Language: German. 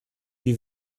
wie